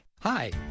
Hi